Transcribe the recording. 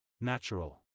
Natural